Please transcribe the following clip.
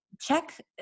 Check